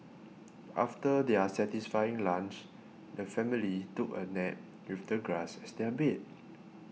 after their satisfying lunch the family took a nap with the grass as their bed